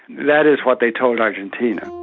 that is what they told argentina.